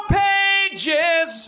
pages